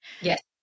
yes